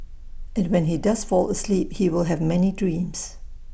and when he does fall asleep he will have many dreams